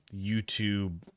YouTube